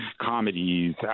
comedies